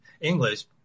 English